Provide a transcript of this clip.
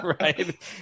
right